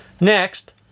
Next